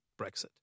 Brexit